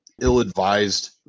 ill-advised